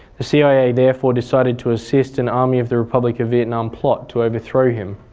the cia therefore decided to assist an army of the republic of vietnam plot to overthrow him,